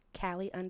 Callie